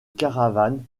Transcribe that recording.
caravane